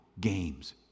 games